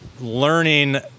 learning